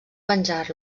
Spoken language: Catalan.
venjar